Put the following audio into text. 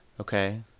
Okay